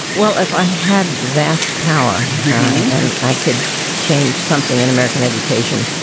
well, if i had vast power and i could change something in american education,